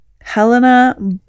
Helena